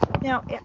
Now